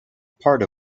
part